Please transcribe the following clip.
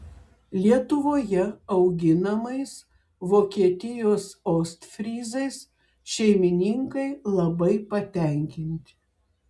lietuvoje auginamais vokietijos ostfryzais šeimininkai labai patenkinti